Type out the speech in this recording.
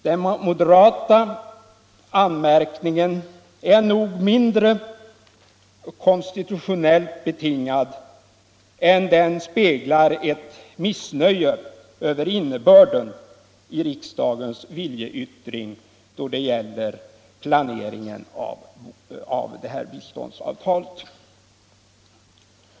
Den moderata anmärkningen är nog mindre konstitutionellt betingad än den speglar ett missnöje över innebörden i riksdagens viljeyttring när det gäller planeringen av det här biståndsavtalet.